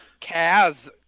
Kaz